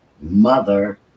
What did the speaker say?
Mother